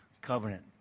covenant